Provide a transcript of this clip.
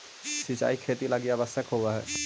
सिंचाई खेती लगी आवश्यक होवऽ हइ